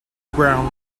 brown